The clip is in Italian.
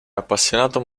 appassionato